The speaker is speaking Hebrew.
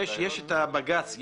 יש את הבג"צ.